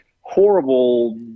horrible